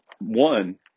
One